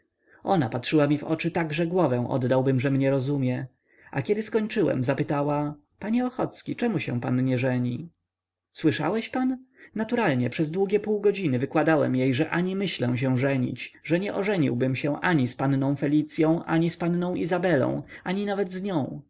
ona patrzyła mi w oczy tak iż głowę oddałbym że mnie rozumie a kiedy skończyłem zapytała panie ochocki czemu się pan nie żeni słyszałeś pan naturalnie przez długie pół godziny wykładałem jej że ani myślę się żenić że nie ożeniłbym się ani z panną felicyą ani z panną izabelą ani nawet z nią